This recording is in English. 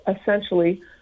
essentially